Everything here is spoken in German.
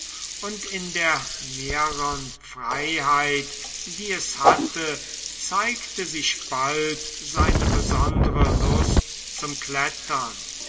und in der mehrern freiheit die es hatte zeigte sich bald seine besondere lust zum klettern